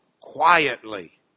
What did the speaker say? quietly